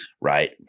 right